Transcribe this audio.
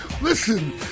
Listen